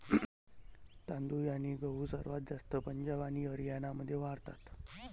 तांदूळ आणि गहू सर्वात जास्त पंजाब आणि हरियाणामध्ये वाढतात